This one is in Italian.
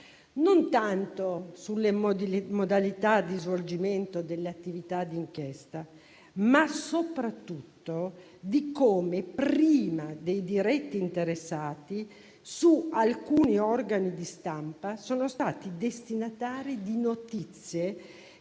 non tanto sulle modalità di svolgimento delle attività di inchiesta, ma soprattutto su come, prima dei diretti interessati, alcuni organi di stampa sono stati destinatari di notizie